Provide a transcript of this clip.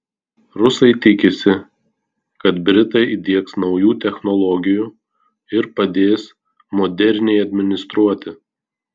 rusai tikisi kad britai įdiegs naujų technologijų ir padės moderniai administruoti